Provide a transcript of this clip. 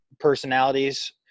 personalities